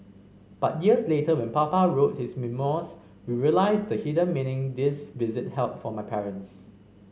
but years later when Papa wrote his memoirs we realised the hidden meaning this visit held for my parents